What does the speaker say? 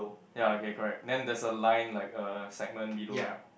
ya okay correct then there's a line like a segment below right